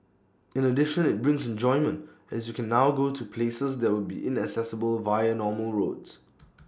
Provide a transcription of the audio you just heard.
in addition IT brings enjoyment as you can now go to places that would be inaccessible via normal roads